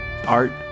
Art